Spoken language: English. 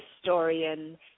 historian